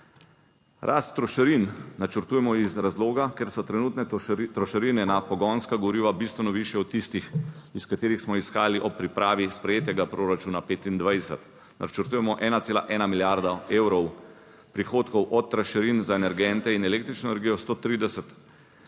Rast trošarin načrtujemo iz razloga, ker so trenutne trošarine na pogonska goriva bistveno višje od tistih iz katerih smo izhajali ob pripravi sprejetega proračuna 2025. Načrtujemo 1,1 milijarda evrov prihodkov od trošarin za energente in električno energijo, 130